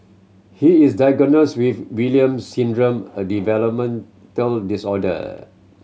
he is diagnosed with Williams Syndrome a developmental disorder